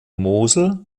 mosel